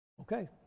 Okay